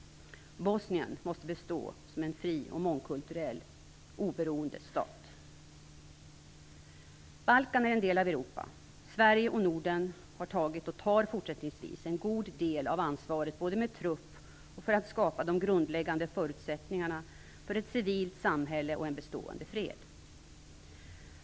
Bosnien måste bestå som en fri, mångkulturell och oberoende stat. Balkan är en del av Europa. Sverige och Norden har tagit och tar fortsättningsvis en god del av ansvaret, både med trupp och för att skapa de grundläggande förutsättningarna för ett civilt samhälle och en bestående fred.